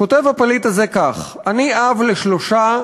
כותב הפליט הזה כך: אני אב לשלושה,